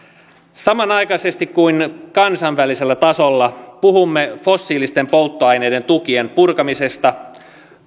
samanaikaisesti kun kansainvälisellä tasolla puhumme fossiilisten polttoaineiden tukien purkamisesta